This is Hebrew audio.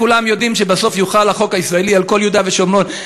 כולם יודעים שבסוף יוחל החוק הישראלי על כל יהודה ושומרון,